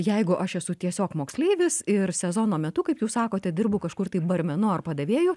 jeigu aš esu tiesiog moksleivis ir sezono metu kaip jūs sakote dirbu kažkur tai barmenu ar padavėju